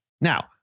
Now